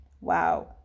wow